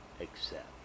accept